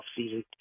offseason